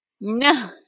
No